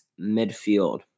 midfield